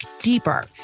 deeper